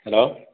hello